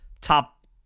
top